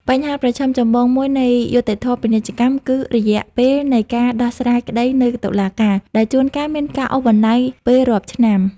បញ្ហាប្រឈមចម្បងមួយនៃយុត្តិធម៌ពាណិជ្ជកម្ម គឺរយៈពេលនៃការដោះស្រាយក្ដីនៅតុលាការ ដែលជួនកាលមានការអូសបន្លាយពេលរាប់ឆ្នាំ។